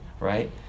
right